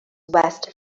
west